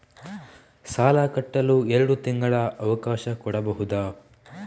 ಸಾಲ ಕಟ್ಟಲು ಎರಡು ತಿಂಗಳ ಅವಕಾಶ ಕೊಡಬಹುದಾ?